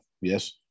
Yes